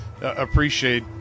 appreciate